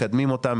מקדמים אותה,